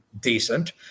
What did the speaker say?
decent